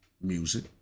music